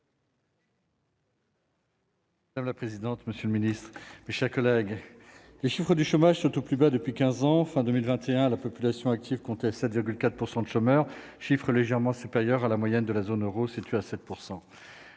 minutes. La présidente, monsieur le Ministre, mes chers collègues, les chiffres du chômage sont au plus bas depuis 15 ans fin 2021, la population active, comptait 7,4 % de chômeurs, chiffre légèrement supérieur à la moyenne de la zone Euro, situé à 7